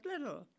little